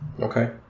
okay